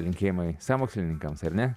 linkėjimai sąmokslininkams ar ne